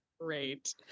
Great